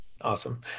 Awesome